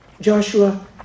Joshua